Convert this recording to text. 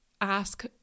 ask